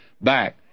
back